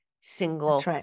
single